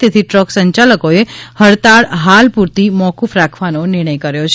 તેથી ટ્રક સંચાલકોએ હડતાળ હાલ પૂરતી મોફ્રફ રાખવાનો નિર્ણય કર્યો છે